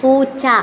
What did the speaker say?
പൂച്ച